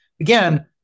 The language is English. Again